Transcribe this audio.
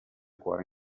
cuore